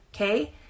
Okay